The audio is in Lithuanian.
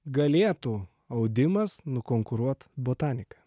galėtų audimas nukonkuruot botaniką